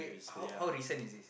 how how recent is this